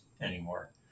anymore